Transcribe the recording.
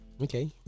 Okay